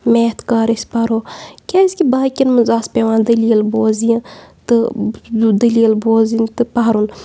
math کَر أسۍ پَرو کیٛازکہِ باقیَن منٛز آسہٕ پٮ۪وان دٔلیٖل بوز یہِ تہٕ دٔلیٖل بوزٕنۍ تہٕ پَرُن